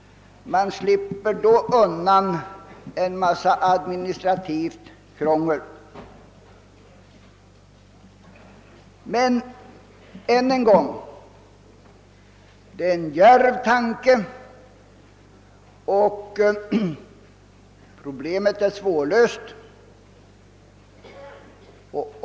Man slipper då undan en massa administrativt krångel. Men än en gång: Det är en djärv tanke och problemet är svårlöst.